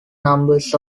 numbers